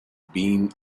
been